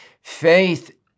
faith